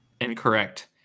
Incorrect